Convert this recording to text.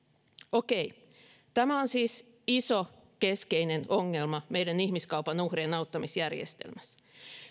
okei tämä on siis iso keskeinen ongelma meidän ihmiskaupan uhrien auttamisjärjestelmässä